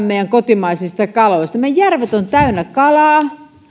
meidän kotimaisista kaloistamme meidän järvet ovat täynnä kalaa